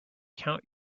count